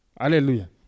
Hallelujah